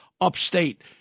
upstate